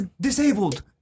disabled